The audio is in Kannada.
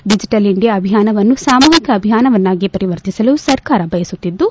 ಡಿಜಿಟಲ್ ಇಂಡಿಯಾ ಅಭಿಯಾನವನ್ನು ಸಾಮೂಹಿಕ ಅಭಿಯಾನವನ್ನಾಗಿ ಪರಿವರ್ತಿಸಲು ಸರ್ಕಾರ ಬಯಸುತ್ತಿದ್ದು